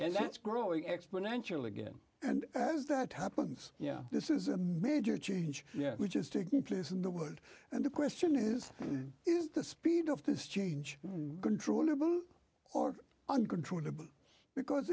and that's growing exponentially again and as that happens yeah this is a major change yet which is taking place in the wood and the question is is the speed of this change controllable or uncontrollable because